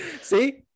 See